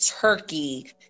Turkey